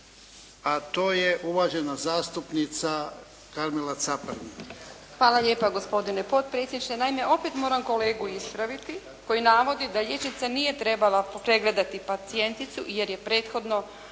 A to je uvažena zastupnica Karmela Caparin. **Caparin, Karmela (HDZ)** Hvala lijepa gospodine potpredsjedniče. Naime opet moram kolegu ispraviti koji navodi da liječnica nije trebala pregledati pacijenticu jer je prethodno